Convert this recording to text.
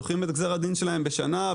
דוחים את גזר הדין שלהם בשנה,